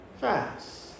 fast